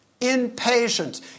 Impatience